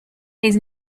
his